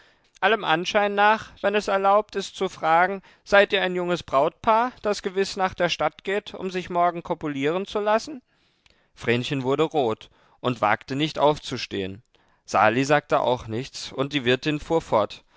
allem anschein nach wenn es erlaubt ist zu fragen seit ihr ein junges brautpaar das gewiß nach der stadt geht um sich morgen kopulieren zu lassen vrenchen wurde rot und wagte nicht aufzusehen sali sagte auch nichts und die wirtin fuhr fort